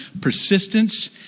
persistence